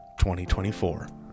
2024